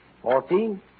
Fourteen